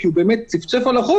כי הוא צפצף על החוק,